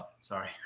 sorry